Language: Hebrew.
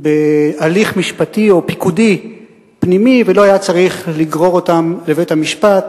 בהליך משפטי או פיקודי פנימי ולא היה צריך לגרור אותם לבית-המשפט